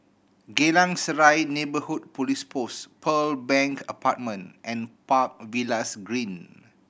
Geylang Serai Neighbourhood Police Post Pearl Bank Apartment and Park Villas Green